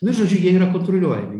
nu ir žodžiu jie yra kontroliuojami